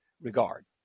regard